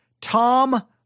Tom